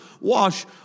wash